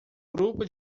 grupo